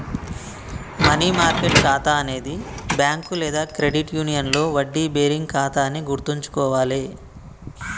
money market ఖాతా అనేది bank లేదా క్రెడిట్ యూనియన్లో వడ్డీ బేరింగ్ ఖాతా అని గుర్తుంచుకోవాలే